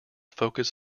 focus